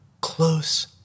close